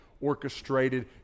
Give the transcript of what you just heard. orchestrated